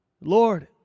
Lord